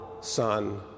Son